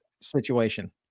situation